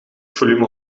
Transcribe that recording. volume